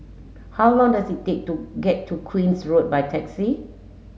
how long does it take to get to Queen's Road by taxi